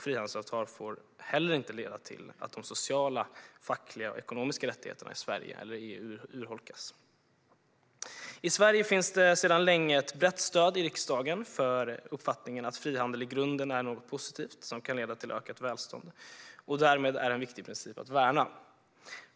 Frihandelsavtal får heller inte leda till att de sociala, fackliga och ekonomiska rättigheterna i Sverige eller EU urholkas. I Sverige finns sedan länge ett brett stöd i riksdagen för uppfattningen att frihandel i grunden är något positivt som kan leda till ökat välstånd. Därmed är det en viktig princip att värna.